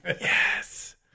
Yes